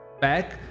back